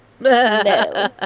No